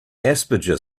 asperger